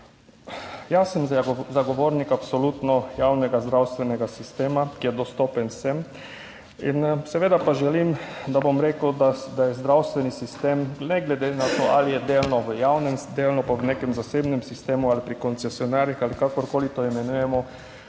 Jaz sem zagovornik absolutno javnega zdravstvenega sistema, ki je dostopen vsem. 16. TRAK: (NB) – 10.25 (Nadaljevanje) Seveda pa želim, da bom rekel, da je zdravstveni sistem, ne glede na to ali je delno v javnem, delno pa v nekem zasebnem sistemu ali pri koncesionarjih ali kakorkoli to imenujemo,